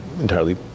entirely